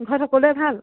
ঘৰত সকলোৰে ভাল